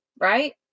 right